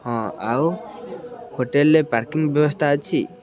ହଁ ଆଉ ହୋଟେଲ୍ରେ ପାର୍କିଂ ବ୍ୟବସ୍ଥା ଅଛି